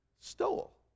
stole